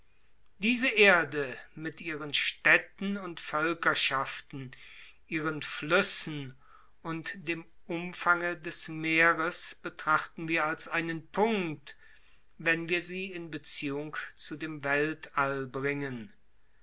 diese erde mit ihren städten und völkerschaften ihren flüssen und dem umfange des meers betrachten wir als einen punkt wenn wir sie in beziehung zu dem weltall bringen